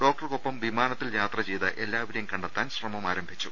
ഡോക്ടർക്കൊപ്പം വിമാനത്തിൽ യാത്ര ചെയ്ത എല്ലാവരെയും കണ്ടെത്താൻ ശ്രമം ആരംഭിച്ചു